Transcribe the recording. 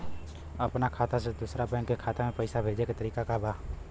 अपना खाता से दूसरा बैंक के खाता में पैसा भेजे के तरीका का बा?